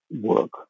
work